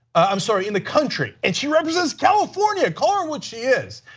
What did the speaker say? i'm sorry, in the country. and she represents california. called her what she is.